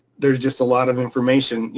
there's just a lot of information.